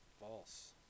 false